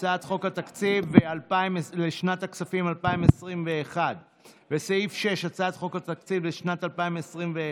הצעת חוק התקציב לשנת הכספים 2021 הצעת חוק התקציב לשנת 2021,